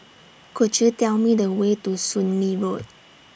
Could YOU Tell Me The Way to Soon Lee Road